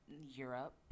Europe